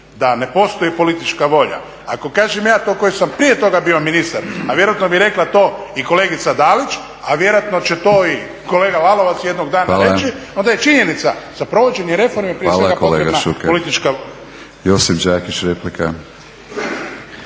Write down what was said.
da ne postoji politička volja, ako kažem ja koji sam prije toga bio ministar, a vjerojatno bi to rekla i kolegica Dalić, a vjerojatno će to i kolega Lalovac jednog dana reći onda je činjenica za provođenje reformi prije svega potrebna je politička volja.